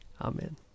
Amen